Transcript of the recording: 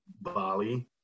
Bali